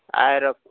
आएर